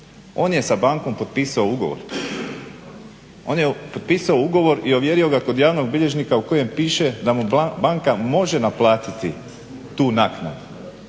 on je sa bankom potpisao ugovor, on je potpisao ugovor i ovjerio ga kod javnog bilježnika u kojem piše da mu banka može naplatiti tu naknadu.